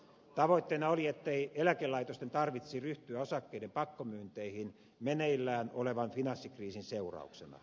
tavoitteena oli ettei eläkelaitosten tarvitsisi ryhtyä osakkeiden pakkomyynteihin meneillään olevan finanssikriisin seurauksena